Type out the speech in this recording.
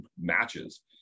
matches